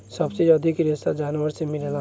सबसे अधिक रेशा जानवर से मिलेला